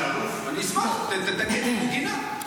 הוא גינה?